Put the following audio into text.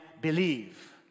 believe